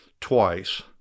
twice